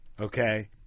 okay